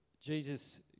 Jesus